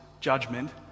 judgment